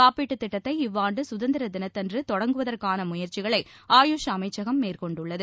காப்பீட்டுத் திட்டத்தை இவ்வாண்டு சுதந்திர தினத்தன்று தொடங்குவதற்கான முயற்சிகளை ஆயுஷ் அமைச்சகம் மேற்கொண்டுள்ளது